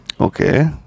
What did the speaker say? okay